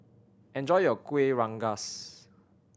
enjoy your Kuih Rengas